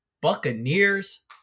Buccaneers